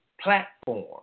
platform